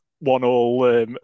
one-all